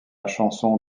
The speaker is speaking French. chanson